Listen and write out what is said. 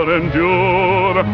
endure